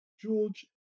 George